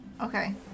okay